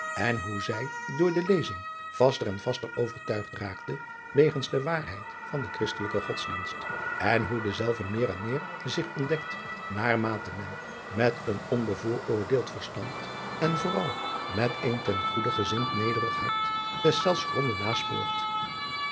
en hoe zij door de lezing vaster en vaster overtuigd raakte wegens de waarheid van den christelijken godsdienst en hoe dezelve meer en meer zich ontdekt naarmate men met een onbevooroordeeld verstand en vooral met een ten goede gezind nederig hart deszelfs gronden naspoort